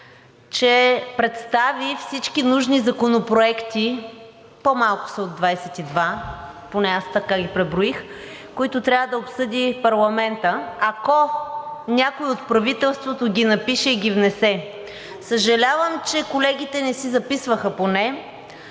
че представи всички нужни законопроекти – по-малко са от 22, поне аз така ги преброих, които трябва да обсъди парламентът, ако някой от правителството ги напише и ги внесе. Съжалявам, че колегите не си записваха поне,